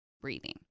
breathing